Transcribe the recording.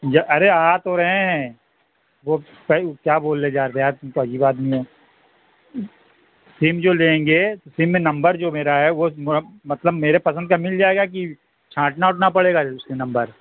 جی ارے آ تو رہے ہیں وہ کیا بولنے جا رہے تھے یار تم تو عجیب آدمی ہو سم جو لیں گے سم میں نمبر جو میرا ہے وہ مطلب میرے پسند کا مل جائے گا کہ چھاںٹنا وٹنا پڑے گا اس میں نمبر